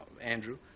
Andrew